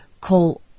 Call